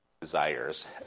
desires